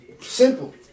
Simple